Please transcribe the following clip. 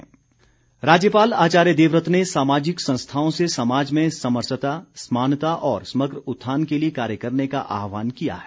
राज्यपाल राज्यपाल आचार्य देवव्रत ने सामाजिक संस्थाओं से समाज में समरसता समानता और समग्र उत्थान के लिए कार्य करने का आहवान किया है